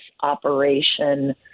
operation